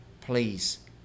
please